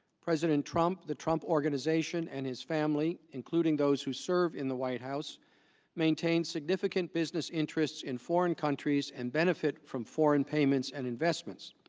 president trump, the trump organization and his family including those who serve in the white house maintain significant business interests in foreign countries and benefit from foreign payments and investments.